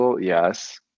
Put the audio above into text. Yes